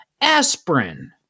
aspirin